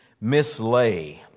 mislay